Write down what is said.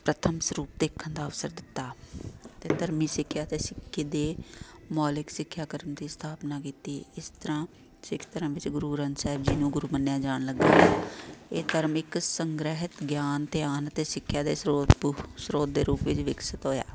ਪ੍ਰਥਮ ਸਰੂਪ ਦੇਖਣ ਦਾ ਅਵਸਰ ਦਿੱਤਾ ਅਤੇ ਧਰਮੀ ਸਿੱਖਿਆ ਅਤੇ ਸਿੱਖੀ ਦੇ ਮੌਲਿਕ ਸਿੱਖਿਆ ਕਰਨ ਦੀ ਸਥਾਪਨਾ ਕੀਤੀ ਇਸ ਤਰ੍ਹਾਂ ਸਿੱਖ ਧਰਮ ਵਿੱਚ ਗੁਰੂ ਗ੍ਰੰਥ ਸਾਹਿਬ ਜੀ ਨੂੰ ਗੁਰੂ ਮੰਨਿਆ ਜਾਣ ਲੱਗਾ ਇਹ ਧਰਮ ਇੱਕ ਸੰਗ੍ਰਹਿਤ ਗਿਆਨ ਧਿਆਨ ਅਤੇ ਸਿੱਖਿਆ ਦੇ ਸਰੋਤ ਪੂ ਸਰੋਤ ਦੇ ਰੂਪ ਵਿੱਚ ਵਿਕਸਤ ਹੋਇਆ